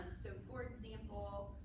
so for example,